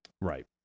Right